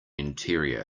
interior